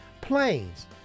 planes